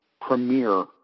Premier